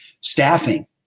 Staffing